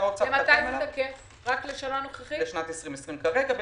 זה תקף לשנת 2020 כרגע.